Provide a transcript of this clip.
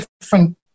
different